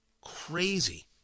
Crazy